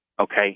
okay